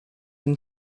and